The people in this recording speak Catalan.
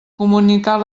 comunicar